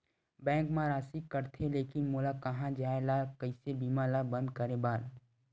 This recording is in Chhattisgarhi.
बैंक मा राशि कटथे लेकिन मोला कहां जाय ला कइसे बीमा ला बंद करे बार?